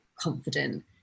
confident